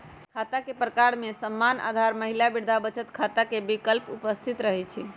खता के प्रकार में सामान्य, आधार, महिला, वृद्धा बचत खता के विकल्प उपस्थित रहै छइ